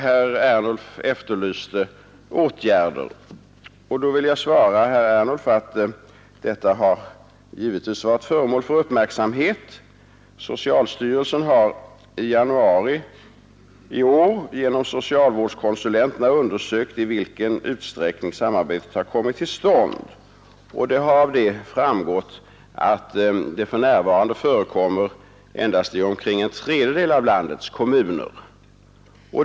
Herr Ernulf efterlyste åtgärder, och då vill jag svara att detta givetvis har varit föremål för uppmärksamhet. Socialstyrelsen har i januari i år genom socialvårdskonsulenterna undersökt i vilken utsträckning samarbete har kommit till stånd, och det har framgått att det för närvarande förekommer endast i omkring en tredjedel av landets kommuner.